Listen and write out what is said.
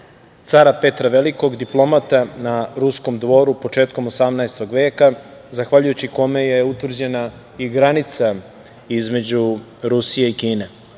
cara Petra Velikog, diplomata na ruskom dvoru, početkom 18. veka, zahvaljujući kome je utvrđena i granica između Rusije i